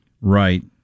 Right